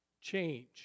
change